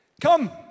Come